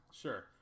sure